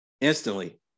instantly